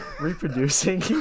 Reproducing